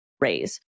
raise